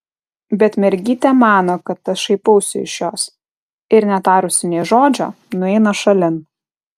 bet mergytė mano kad aš šaipausi iš jos ir netarusi nė žodžio nueina šalin